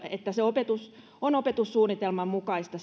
että se opetus on opetussuunnitelman mukaista